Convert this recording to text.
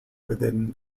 within